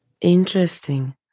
Interesting